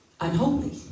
unholy